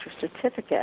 certificate